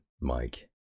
Mike